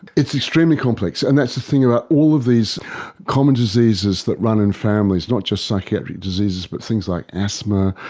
it is extremely complex, and that's the thing about all of these common diseases that run in families, not just psychiatric diseases but things like asthma,